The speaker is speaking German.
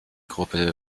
gruppe